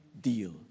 deal